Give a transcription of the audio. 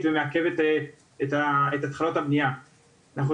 ומעקב את התחלת הבניה וההתקדמות שלה.